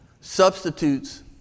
substitutes